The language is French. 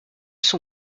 son